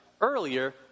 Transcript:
earlier